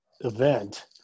event